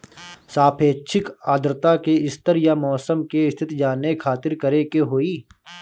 सापेक्षिक आद्रता के स्तर या मौसम के स्थिति जाने खातिर करे के होई?